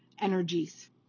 energies